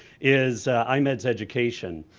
is imeds-education.